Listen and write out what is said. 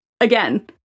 again